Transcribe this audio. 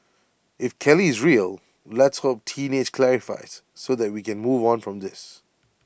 if Kelly is real let's hope teenage clarifies so that we can move on from this